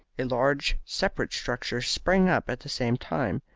a large separate structure sprang up at the same time,